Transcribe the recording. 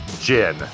gin